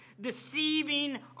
deceiving